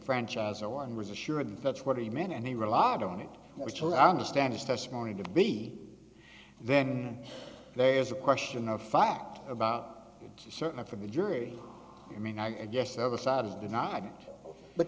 franchise or one was assured that's what he meant and he relied on it which i understand is testimony to be then there's a question of fact about it certainly for the jury i mean i guess the other side is denied but